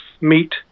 meet